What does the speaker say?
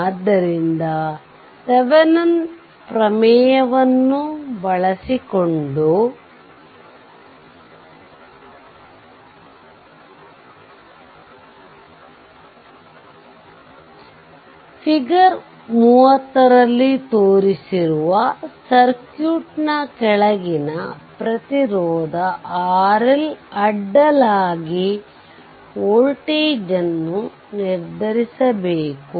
ಆದ್ದರಿಂದ ಥೆವೆನಿನ್ ಪ್ರಮೇಯವನ್ನು ಬಳಸಿಕೊಂಡುThevenin's theorem ಫಿಗರ್ 30 ರಲ್ಲಿ ತೋರಿಸಿರುವ ಸರ್ಕ್ಯೂಟ್ನ ಕೆಳಗಿನ ಪ್ರತಿರೋಧ RL ಅಡ್ಡಲಾಗಿ ವೋಲ್ಟೇಜ್ ಅನ್ನು ನಿರ್ಧರಿಸಬೇಕು